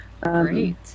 Great